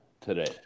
today